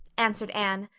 answered anne,